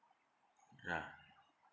ya